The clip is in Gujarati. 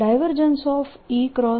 B